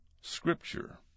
Scripture